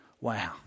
Wow